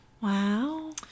Wow